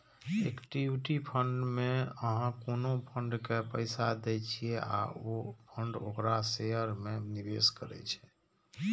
equity fund मे अहां कोनो फंड के पैसा दै छियै आ ओ फंड ओकरा शेयर मे निवेश करै छै